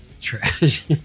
Trash